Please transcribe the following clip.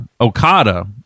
Okada